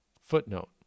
Footnote